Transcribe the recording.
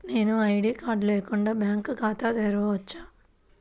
నేను ID card లేకుండా bank ఖాతా తెరవచ్చా?